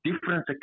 different